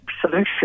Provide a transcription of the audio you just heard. Solution